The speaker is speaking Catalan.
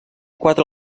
quatre